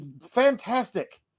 fantastic